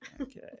Okay